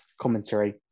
commentary